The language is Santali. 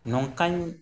ᱱᱚᱝᱠᱟᱧ